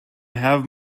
have